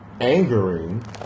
angering